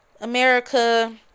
America